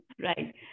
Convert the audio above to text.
Right